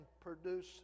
produce